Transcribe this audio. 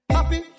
Happy